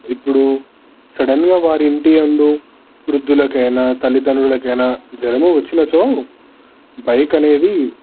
ఇప్పుడు సడన్గా వారి ఇంటి యందు వృద్ధులకైనా తల్లిదండ్రులకైనా జ్వరము వచ్చినచో బైక్ అనేది